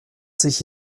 sich